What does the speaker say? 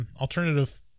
alternative